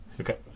okay